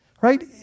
right